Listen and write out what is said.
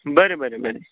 बरें बरें बरें